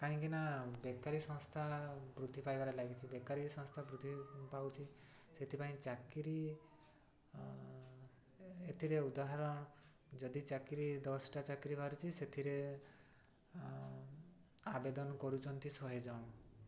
କାହିଁକି ନା ବେକାରୀ ସଂସ୍ଥା ବୃଦ୍ଧି ପାଇବାରେ ଲାଗିଛି ବେକାରୀ ସଂସ୍ଥା ବୃଦ୍ଧି ପାଉଛି ସେଥିପାଇଁ ଚାକିରି ଏଥିରେ ଉଦାହରଣ ଯଦି ଚାକିରି ଦଶଟା ଚାକିରି ବାହାରୁଛି ସେଥିରେ ଆବେଦନ କରୁଛନ୍ତି ଶହେ ଜଣ